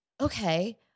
okay